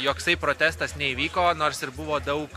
joksai protestas neįvyko nors ir buvo daug